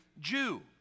Jew